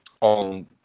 on